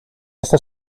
esta